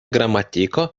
gramatiko